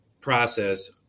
process